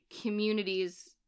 communities